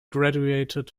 graduated